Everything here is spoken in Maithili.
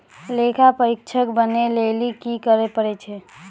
लेखा परीक्षक बनै लेली कि करै पड़ै छै?